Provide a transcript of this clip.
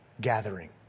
gathering